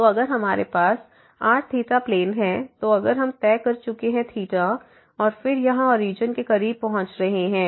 तो अगर हमारे पास r प्लेन है तो अगर हम तय कर चुके हैं और फिर यहां ओरिजन के करीब पहुंच रहे हैं